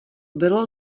bylo